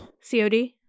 COD